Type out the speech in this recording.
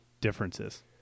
differences